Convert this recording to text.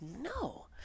no